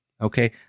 okay